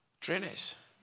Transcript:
trainers